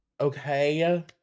Okay